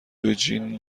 دوجین